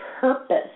purpose